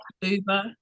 Uber